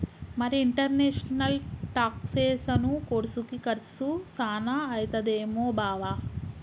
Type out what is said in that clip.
మరి ఇంటర్నేషనల్ టాక్సెసను కోర్సుకి కర్సు సాన అయితదేమో బావా